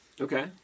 Okay